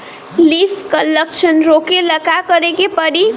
Leaf curl लक्षण रोकेला का करे के परी?